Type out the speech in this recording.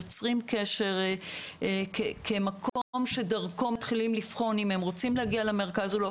יוצרים קשר כמקום שדרכו מתחילים לבחון אם הם רוצים להגיע למרכז או לא.